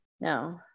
no